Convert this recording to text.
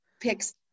picks